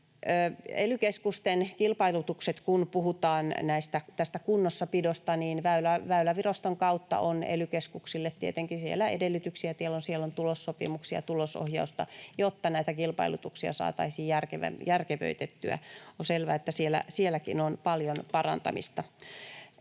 ely-keskusten kilpailutukset: Kun puhutaan tästä kunnossapidosta, niin Väyläviraston kautta on ely-keskuksille tietenkin edellytyksiä, eli siellä on tulossopimuksia ja tulosohjausta, jotta näitä kilpailutuksia saataisiin järkevöitettyä. On selvää, että sielläkin on paljon parantamista.